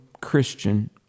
Christian